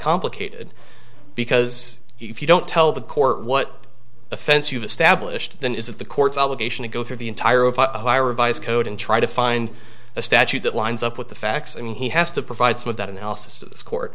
complicated because if you don't tell the court what offense you've established then is that the court's obligation to go through the entire code and try to find a statute that lines up with the facts and he has to provide some of that analysis court